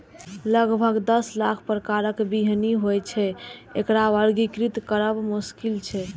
लगभग दस लाख प्रकारक बीहनि होइ छै, तें एकरा वर्गीकृत करब मोश्किल छै